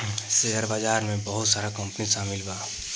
share बाजार में बहुत सारा कंपनी शामिल बा